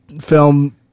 film